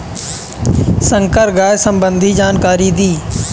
संकर गाय सबंधी जानकारी दी?